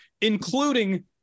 including